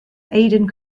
aden